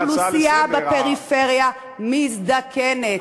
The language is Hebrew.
האוכלוסייה בפריפריה מזדקנת.